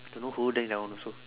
don't know who drink that one also